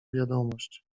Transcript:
wiadomość